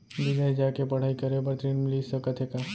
बिदेस जाके पढ़ई करे बर ऋण मिलिस सकत हे का?